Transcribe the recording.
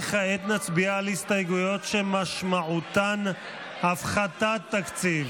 כעת נצביע על הסתייגויות שמשמעותן הפחתת תקציב.